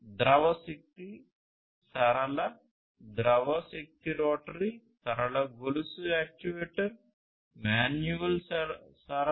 ద్రవ శక్తి సరళ